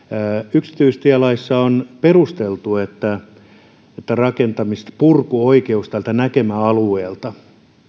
yksityistielaissa on perusteltu että purkuoikeus tältä näkemäalueelta